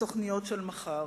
ותוכניות של מחר.